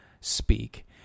speak